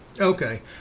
Okay